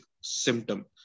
symptom